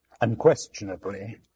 unquestionably